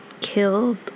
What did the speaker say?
killed